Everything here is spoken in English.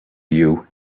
you